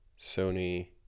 Sony